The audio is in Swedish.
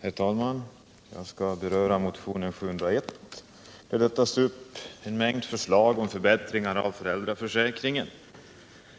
Herr talman! Jag skall beröra motionen 701, i vilken tas upp en mängd förslag om förbättringar av föräldraförsäkringen.